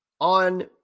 on